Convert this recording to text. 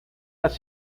las